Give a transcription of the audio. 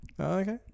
Okay